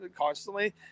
constantly